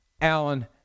Allen